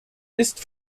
ist